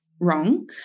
wrong